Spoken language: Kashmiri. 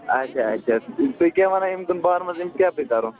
اَچھا اَچھا تُہۍ کیٛاہ ونان أمۍ سٕنٛدِ بارَس مَنٛز أمِس کیاہ پیٚیہِ کَرُن